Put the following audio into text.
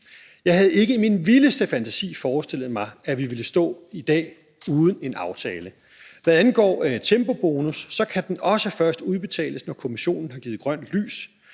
Jeg havde ikke i min vildeste fantasi forestillet mig, at vi ville stå her i dag uden en aftale. Hvad angår tempobonus, så kan den også først udbetales, når Kommissionen har givet grønt lys.